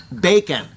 bacon